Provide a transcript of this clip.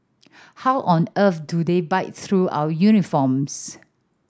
how on earth do they bite through our uniforms